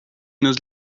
nos